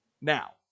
Now